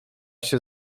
się